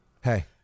Hey